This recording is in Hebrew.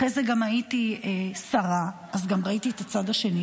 אחרי זה גם הייתי שרה, אז גם ראיתי את הצד השני.